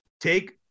take